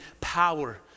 power